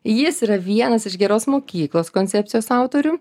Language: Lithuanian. jis yra vienas iš geros mokyklos koncepcijos autorių